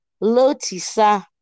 L'otisa